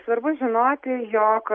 svarbu žinoti jog